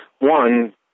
one